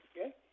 okay